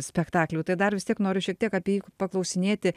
spektaklių tai dar vis tiek noriu šiek tiek apie jį paklausinėti